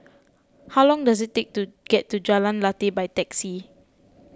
how long does it take to get to Jalan Lateh by taxi